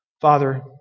Father